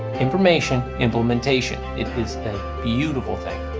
information, implementation, it is a beautiful thing,